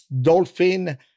dolphin